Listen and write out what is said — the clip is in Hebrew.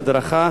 הדרכה,